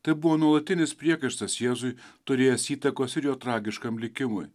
tai buvo nuolatinis priekaištas jėzui turėjęs įtakos ir jo tragiškam likimui